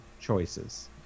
choices